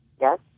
Yes